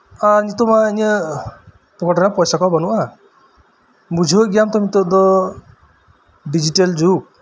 ᱟᱨ ᱱᱤᱛᱳᱜ ᱢᱟ ᱤᱧᱟᱹᱜ ᱯᱚᱠᱮᱴ ᱨᱮ ᱯᱚᱭᱥᱟ ᱠᱚ ᱵᱟᱱᱩᱜᱼᱟ ᱵᱩᱡᱷᱟᱹᱣᱮᱫ ᱜᱮᱭᱟᱢ ᱛᱚ ᱱᱤᱛᱚᱜ ᱫᱚ ᱰᱤᱡᱤᱴᱮᱞ ᱡᱩᱜᱽ